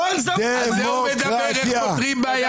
דמוקרטיה.